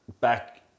back